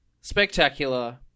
spectacular